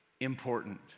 important